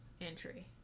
entry